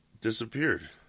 disappeared